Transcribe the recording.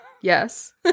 Yes